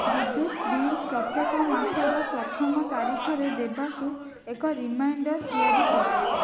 ବିଦ୍ୟୁତ୍ ବିଲ୍ ପ୍ରତ୍ୟେକ ମାସର ପ୍ରଥମ ତାରିଖରେ ଦେବାକୁ ଏକ ରିମାଇଣ୍ଡର୍ ତିଆରି କର